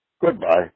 Goodbye